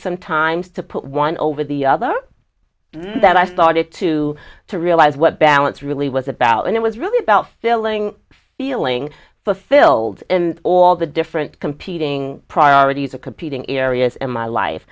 sometimes to put one over the other that i thought it too to realize what balance really was about and it was really about filling feeling fulfilled in all the different competing priorities of competing areas in my life